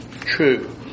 true